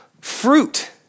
fruit